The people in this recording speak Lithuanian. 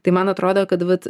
tai man atrodo kad vat